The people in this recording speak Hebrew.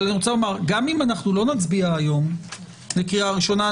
גם אם אנחנו לא נצביע היום לקריאה ראשונה,